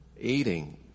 eating